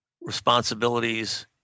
responsibilities